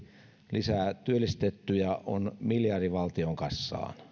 lisää työllistettyjä on miljardi valtion kassaan